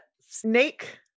Snake